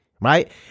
right